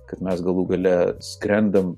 kad mes galų gale skrendam